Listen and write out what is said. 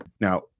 now